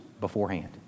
beforehand